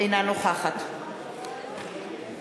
אינה נוכחת גברתי,